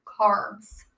carbs